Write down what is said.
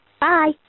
Bye